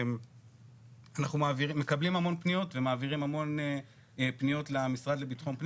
אנחנו מקבלים המון פניות ומעבירים המון פניות למשרד לבט"פ,